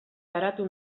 garatu